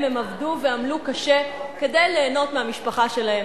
הם עבדו ועמלו קשה כדי ליהנות מהמשפחה שלהם,